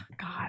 God